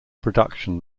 production